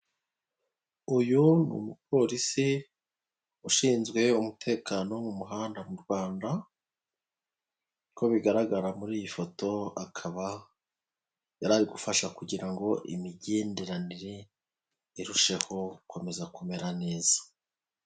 Uyu ni umupolisi ushinzwe umutekano mu muhanda mu Rwanda, uko bigaragara muri iyi foto akaba yarari gufasha kugira ngo imigenderanire irusheho gukomeza kumera neza.